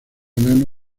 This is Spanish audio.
enano